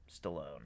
Stallone